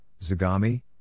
Zagami